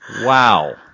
Wow